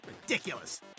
Ridiculous